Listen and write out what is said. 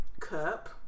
Cup